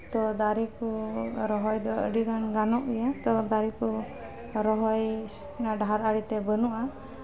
ᱛᱳ ᱫᱟᱨᱮ ᱠᱚ ᱨᱚᱦᱚᱭ ᱫᱚ ᱟᱹᱰᱤᱜᱟᱱ ᱜᱟᱱᱚᱜ ᱜᱮᱭᱟ ᱛᱳ ᱟᱹᱰᱤᱜᱟᱱ ᱫᱟᱨᱮ ᱠᱚ ᱨᱚᱦᱚᱭ ᱚᱱᱟ ᱰᱟᱦᱟᱨ ᱟᱲᱮᱛᱮ ᱵᱟᱹᱱᱩᱜᱼᱟ